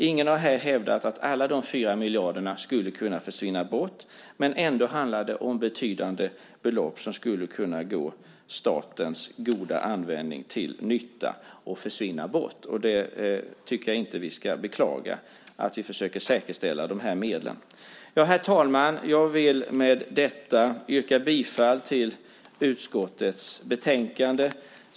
Ingen har hävdat att alla dessa 4 miljarder skulle kunna försvinna, men det handlar ändå om betydande belopp som skulle kunna försvinna i stället för att komma staten till god användning. Jag tycker inte att man ska beklaga att vi försöker säkerställa de här medlen. Herr talman! Jag vill med detta yrka bifall till utskottets förslag i betänkandet.